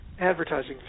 advertising